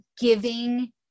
giving